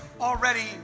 already